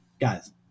Guys